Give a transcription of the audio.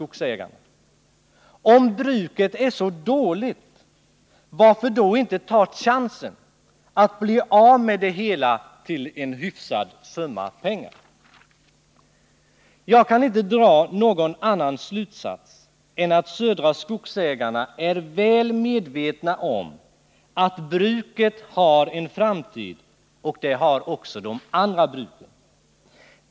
Om bruket är så dåligt, varför då inte ta chansen att bli av med det hela till en hyfsad summa pengar? Jag kan inte dra någon annan slutsats än att Södra Skogsägarna är väl medvetna om att bruket har en framtid — och det har också de andra bruken.